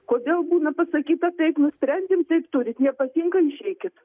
kodėl būna pasakyta taip nusprendėm taip turit nepatinka išeikit